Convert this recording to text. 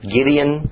Gideon